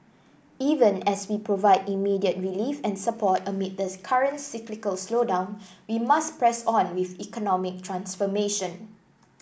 even as we provide immediate relief and support amid the current cyclical slowdown we must press on with economic transformation